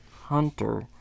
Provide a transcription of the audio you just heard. Hunter